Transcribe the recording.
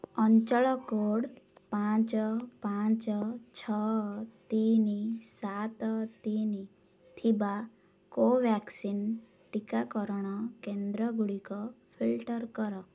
ଅଞ୍ଚଳ କୋଡ଼୍ ପାଞ୍ଚ ପାଞ୍ଚ ଛଅ ତିନି ସାତ ତିନି ଥିବା କୋଭ୍ୟାକ୍ସିନ୍ ଟିକା ଟିକାକରଣ କେନ୍ଦ୍ରଗୁଡ଼ିକ ଫିଲ୍ଟର୍ କର